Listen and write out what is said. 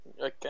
Okay